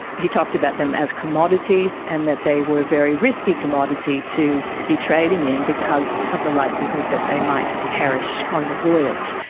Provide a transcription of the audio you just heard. he talked about them as commodities and that they were a very risky commodity to be trading in because of the likelihood that they might perish on the voyage.